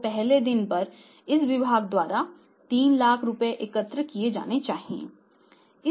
तो पहले दिन पर इस विभाग द्वारा 3 लाख रुपये एकत्र किए जाने चाहिए